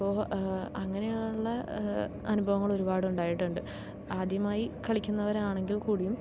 അപ്പോ അങ്ങനെയുള്ള അനുഭവങ്ങളൊരുപാടുണ്ടായിട്ടുണ്ട് ആദ്യമായി കളിക്കുന്നവരാണെങ്കിൽക്കൂടിയും